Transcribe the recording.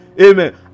Amen